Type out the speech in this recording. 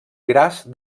gras